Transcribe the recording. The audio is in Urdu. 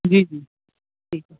جی جی ٹھیک ہے